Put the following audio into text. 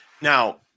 Now